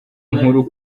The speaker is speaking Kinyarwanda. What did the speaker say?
nkuru